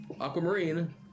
Aquamarine